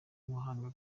ubuhanga